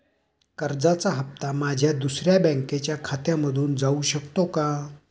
कर्जाचा हप्ता माझ्या दुसऱ्या बँकेच्या खात्यामधून जाऊ शकतो का?